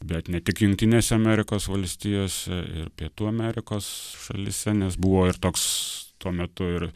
bet ne tik jungtinėse amerikos valstijose ir pietų amerikos šalyse nes buvo ir toks tuo metu ir